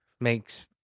makes